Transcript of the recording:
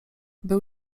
był